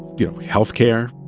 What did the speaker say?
you know, health care,